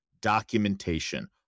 documentation